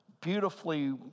beautifully